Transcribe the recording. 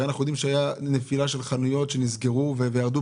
אנחנו יודעים שהייתה נפילה של חנויות שנסגרו וירדו